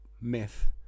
myth